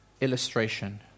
illustration